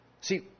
See